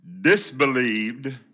disbelieved